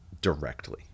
directly